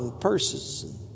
purses